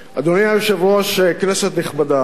אדוני היושב-ראש, כנסת נכבדה,